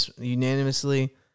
unanimously